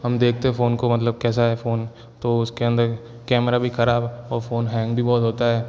हम देखते हैं फ़ोन को मतलब कैसा है फ़ोन तो उसके अंदर कैमरा भी ख़राब और फ़ोन हैंग भी बहुत होता है